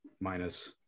minus